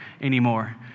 anymore